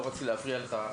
לא רציתי להפריע לך,